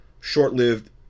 short-lived